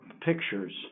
pictures